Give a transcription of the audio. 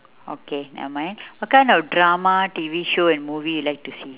okay never mind what kind of drama T_V show and movie you like to see